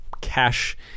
cash